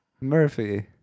Murphy